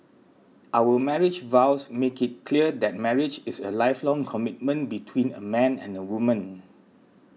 our marriage vows make it clear that marriage is a lifelong commitment between a man and a woman